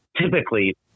typically